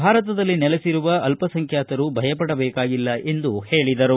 ಭಾರತದಲ್ಲಿ ನೆಲೆಬರುವ ಅಲ್ಪಸಂಖ್ಯಾತರು ಭಯಪಡಬೇಕಾಗಿಲ್ಲ ಎಂದು ಅವರು ಹೇಳಿದರು